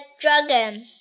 Dragon